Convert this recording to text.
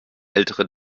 ältere